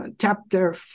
chapter